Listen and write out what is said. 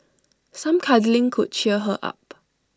some cuddling could cheer her up